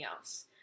Else